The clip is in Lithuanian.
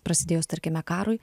prasidėjus tarkime karui